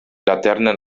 laternen